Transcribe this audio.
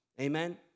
amen